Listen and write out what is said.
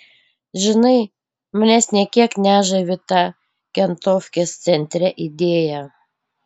žinai manęs nė kiek nežavi ta kentofkės centre idėja